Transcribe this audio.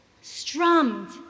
strummed